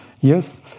Yes